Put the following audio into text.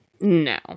No